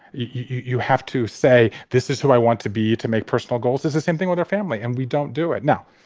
you have to say this is who i want to be to make personal goals is the same thing with our family and we don't do it now.